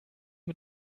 mit